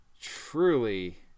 truly